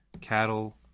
cattle